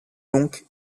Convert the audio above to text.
donc